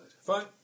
Fine